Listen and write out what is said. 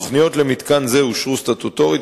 תוכניות למתקן זה אושרו סטטוטורית,